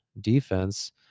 defense